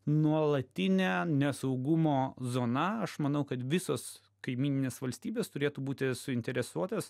nuolatinė nesaugumo zona aš manau kad visos kaimyninės valstybės turėtų būti suinteresuotos